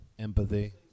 Empathy